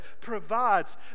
provides